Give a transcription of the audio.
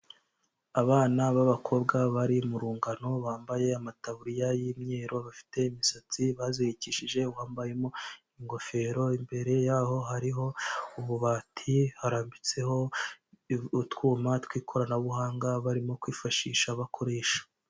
Abana b'abakobwa bari mu rungano bambaye amataburiya y'imyeru, bafite imisatsi bazirikishije, uwambayemo ingofero, imbere yaho hariho ububati harambitseho utwuma tw'ikoranabuhanga barimo kwifashisha bakoresha.